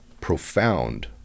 profound